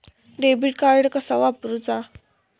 Debit card कसा वापरुचा?